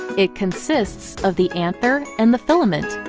it consists of the anther and the filament.